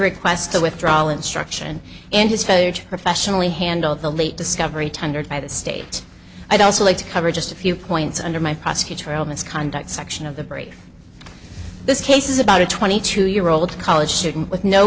request a withdrawal instruction and his failure to professionally handle the late discovery tendered by the state i'd also like to cover just a few points under my prosecutorial misconduct section of the break this case is about a twenty two year old college student with no